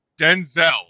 Denzel